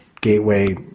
gateway